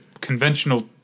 conventional